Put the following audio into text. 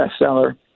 bestseller